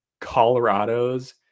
Colorado's